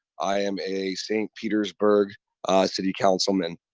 i am a st. petersburg city councilman.